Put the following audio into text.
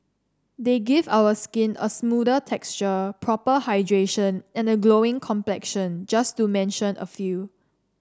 they give our skin a smoother texture proper hydration and a glowing complexion just to mention a few